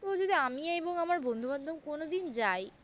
তো যদি আমি এবং আমার বন্ধুবান্ধব কোনো দিন যাই